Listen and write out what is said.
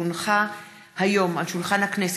כי הונחו היום על שולחן הכנסת,